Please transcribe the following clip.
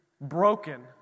broken